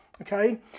okay